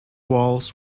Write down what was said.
walls